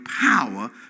power